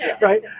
right